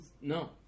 No